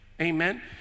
Amen